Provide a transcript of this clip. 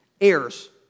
heirs